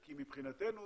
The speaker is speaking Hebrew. כי מבחינתנו